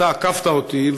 אתה עקפת אותי,